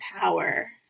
power